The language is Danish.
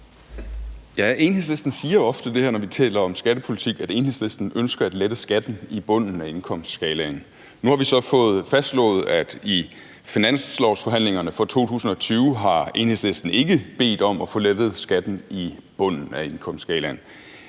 Enhedslisten siger ofte, når vi taler om skattepolitik, at Enhedslisten ønsker at lette skatten i bunden af indkomstskalaen. Nu har vi så fået fastslået, at Enhedslisten i finanslovforhandlingerne for 2020 ikke har bedt om at få lettet skatten i bunden af indkomstskalaen.